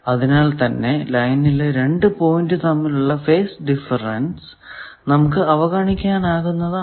അതിനാൽ തന്നെ ലൈനിലെ രണ്ടു പോയിന്റ് തമ്മിലുള്ള ഫേസ് ഡിഫറെൻസ് നമുക്ക് അവഗണിക്കാനാകുന്നതാണ്